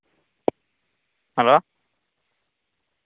hello